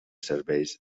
serveis